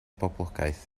boblogaeth